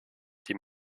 die